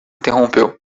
interrompeu